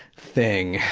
thing.